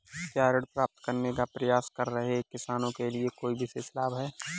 क्या ऋण प्राप्त करने का प्रयास कर रहे किसानों के लिए कोई विशेष लाभ हैं?